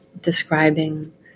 describing